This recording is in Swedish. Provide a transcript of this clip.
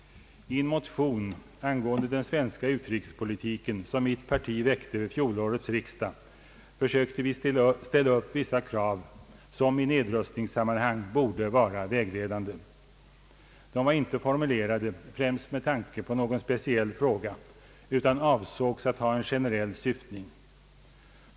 I en motion som mitt parti väckte vid fjolårets riksdag angående den svenska utrikespolitiken försökte vi ställa upp vissa krav som i nedrustningssammanhang borde vara vägledande. De var inte formulerade främst med tanke på någon speciell fråga utan avsågs ha en generell syftning.